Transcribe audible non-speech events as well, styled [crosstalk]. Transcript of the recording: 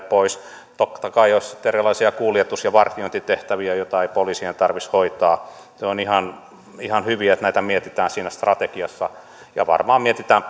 [unintelligible] pois totta kai jos on erilaisia kuljetus ja vartiointitehtäviä joita ei poliisien tarvitsisi hoitaa se on ihan hyvä että näitä mietitään siinä strategiassa ja varmaan mietitään [unintelligible]